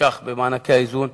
ש"ח במענקי האיזון.